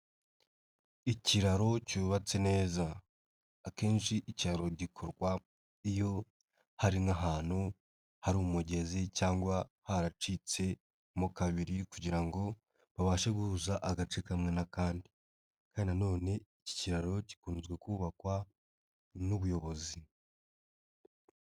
Ikiraro cyubatse neza, akenshi icyaro gikorwa iyo hari nk'ahantu hari umugezi cyangwa haracitse mo kabiri kugira ngo babashe guhuza agace kamwe n'akandi kandi nanone iki kiraro gikunze kubakwa n'ubuyobozi.